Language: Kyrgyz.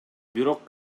бирок